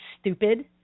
stupid